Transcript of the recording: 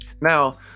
Now